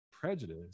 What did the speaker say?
Prejudice